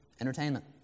entertainment